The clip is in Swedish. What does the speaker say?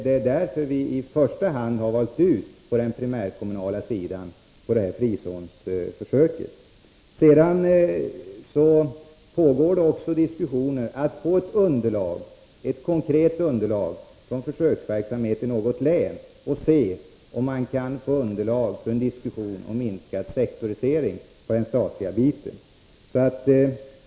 Det är därför vi i första hand har valt ut primärkommuner när det gäller försöket med frizoner. Sedan pågår det också diskussioner om att få ett konkret underlag från försöksverksamhet i något län för att se om man kan få till stånd en minskad sektorisering på den statliga sidan.